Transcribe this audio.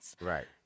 Right